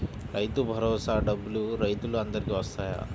రైతు భరోసా డబ్బులు రైతులు అందరికి వస్తాయా?